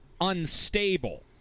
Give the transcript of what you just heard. unstable